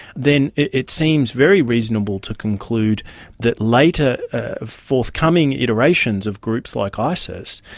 then it seems very reasonable to conclude that later forthcoming iterations of groups like isis,